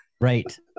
Right